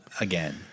again